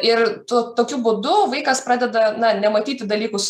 ir tu tokiu būdu vaikas pradeda na nematyti dalykus